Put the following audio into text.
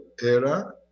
Era